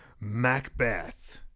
Macbeth